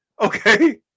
Okay